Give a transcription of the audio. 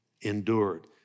Endured